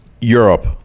Europe